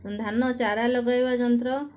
ଧାନ ଚାରା ଲଗେଇବା ଯନ୍ତ୍ର